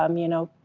um you know,